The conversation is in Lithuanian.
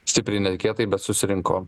stipriai netikėtai bet susirinko